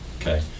Okay